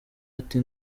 ati